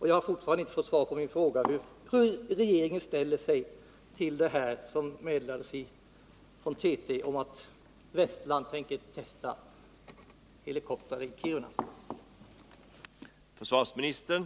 Jag har fortfarande inte fått svar på min fråga om hur regeringen ställer sig till TT:s meddelande om att Westlands helikoptrar skall testas i Kiruna.